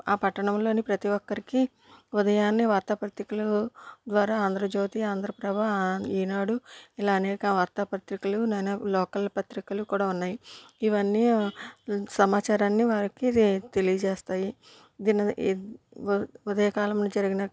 ఆ పట్టణంలోని ప్రతి ఒక్కరికి ఉదయాన్నే వార్త పత్రికలు ద్వారా ఆంధ్రజ్యోతి ఆంధ్రప్రభ ఆం ఈనాడు అనేక వార్త పత్రికలు లోకల్ పత్రికలు కూడా ఉన్నాయి ఇవి అన్ని సమాచారాన్ని వారికి తెలియజేస్తాయి దిన ఉదయ కాలము జరిగిన